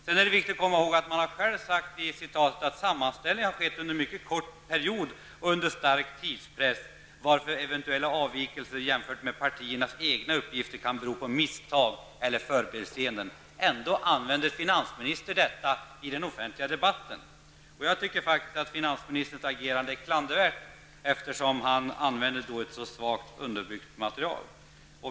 Det är viktigt att komma ihåg att finansministern själv har sagt att ''sammanställningen har skett under mycket kort period och under stark tidspress, varför eventuella avvikelser jämfört med partiernas egna uppgifter kan bero på misstag eller förbiseenden''. Ändå använder finansministern detta i den offentliga debatten. Jag tycker faktiskt att finansministerns agerande är klandervärt, eftersom han använder ett så svagt underbyggt material.